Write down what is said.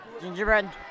gingerbread